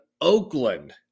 Oakland